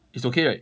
it's okay right